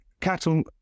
cattle